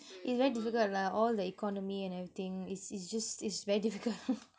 it's very difficult lah all the economy and everything is is just it's very difficult